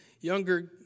younger